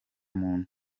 muntu